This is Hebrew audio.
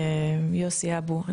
יוסי אבו.